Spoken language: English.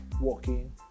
walking